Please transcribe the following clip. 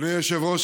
אדוני היושב-ראש,